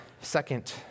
second